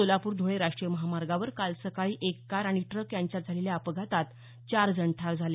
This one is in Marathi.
सोलापूर धुळे राष्ट्रीय महामार्गावर काल सकाळी एक कार आणि ट्रक यांच्यात झालेल्या अपघातात चार जण ठार झाले